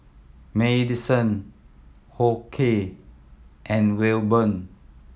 Madyson Hoke and Wilburn